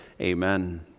Amen